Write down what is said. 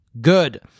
Good